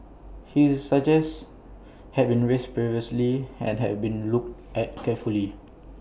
his suggest had been raised previously and had been looked at carefully